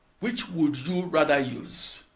which would you rather use?